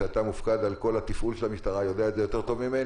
שאתה מופקד על כל התפעול של המשטרה יודע את זה יותר ממני,